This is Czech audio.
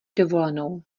dovolenou